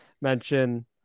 mention